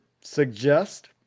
suggest